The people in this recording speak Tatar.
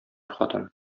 хатын